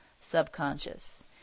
subconscious